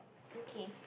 okay